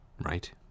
right